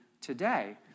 today